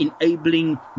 enabling